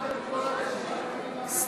מחקתם את כל הרשימה, אני לא מבין מה הולך פה.